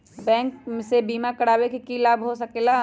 Bank से बिमा करावे से की लाभ होई सकेला?